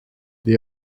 they